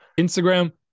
Instagram